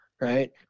Right